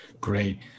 Great